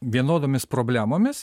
vienodomis problemomis